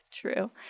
true